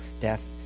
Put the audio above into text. death